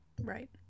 Right